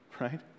right